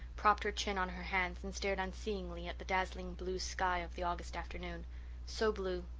propped her chin on her hands and stared unseeingly at the dazzling blue sky of the august afternoon so blue,